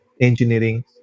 engineering